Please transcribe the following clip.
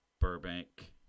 Burbank